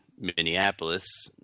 Minneapolis